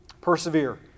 Persevere